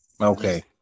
okay